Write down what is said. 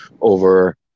over